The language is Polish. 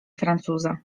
francuza